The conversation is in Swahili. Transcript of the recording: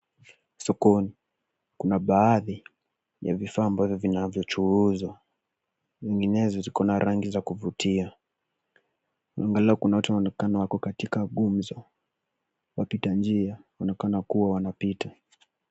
Sokoni, kuna baadhi ya vifaa ambavyo vinavyochuuzwa, vining'inia ziko na rangi za kuvutia na mbele kuna watu wanaonekana wako katika ngumzo. Wapita njia wanaonekana kuwa wanapita.